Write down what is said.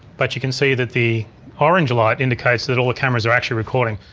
but you can see that the orange light indicates that all the cameras are actually recording.